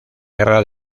guerra